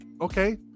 okay